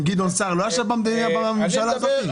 גדעון סער לא ישב בממשלה הזאת?